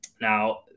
now